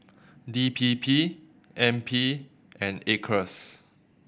D P P N P and Acres